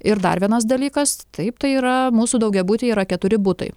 ir dar vienas dalykas taip tai yra mūsų daugiabutyje yra keturi butai